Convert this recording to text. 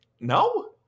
no